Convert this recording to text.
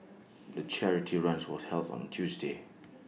the charity run was held on A Tuesday